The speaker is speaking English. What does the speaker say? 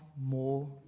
more